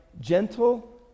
gentle